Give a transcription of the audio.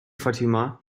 fatima